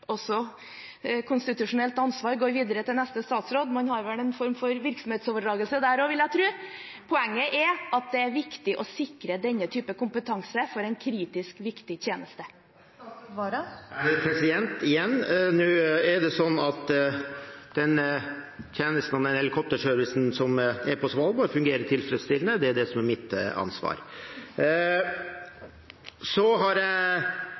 konstitusjonelt ansvar går videre til neste statsråd – man har vel en form for virksomhetsoverdragelse der også, vil jeg tro. Poenget er at det er viktig å sikre denne type kompetanse for en kritisk viktig tjeneste. Igjen: Helikopterservicen på Svalbard fungerer tilfredsstillende. Det er det som er mitt ansvar. Jeg har ikke ansvar for de anbudsprosessene som har vært der oppe, men det er viktig å understreke at det ikke er